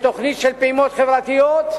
בתוכנית של פעימות חברתיות,